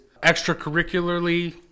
extracurricularly